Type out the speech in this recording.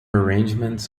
arrangements